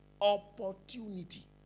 opportunity